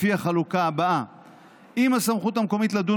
לפי החלוקה הבאה: אם הסמכות המקומית לדון